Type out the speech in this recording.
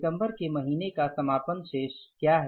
दिसंबर के महीने का समापन शेष क्या है